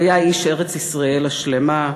הוא היה איש ארץ-ישראל השלמה,